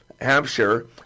Hampshire